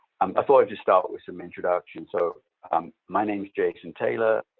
um thought i'd just start but with some introduction. so my name's jason taylor.